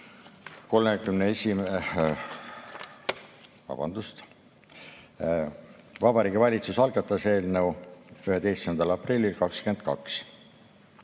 ... Vabandust! Vabariigi Valitsus algatas eelnõu 11. aprillil 2022.